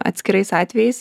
atskirais atvejais